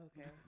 Okay